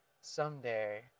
someday